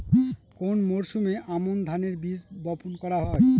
কোন মরশুমে আমন ধানের বীজ বপন করা হয়?